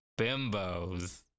bimbos